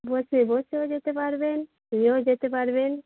বসে বসেও যেতে পারবেন শুয়েও যেতে পারবেন